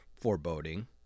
foreboding